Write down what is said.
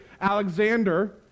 Alexander